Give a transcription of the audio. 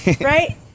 Right